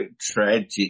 tragic